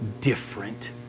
different